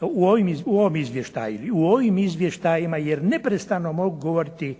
i ovim izvještajima, jer neprestano mogu govoriti,